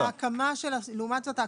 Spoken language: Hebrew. לעומת זאת,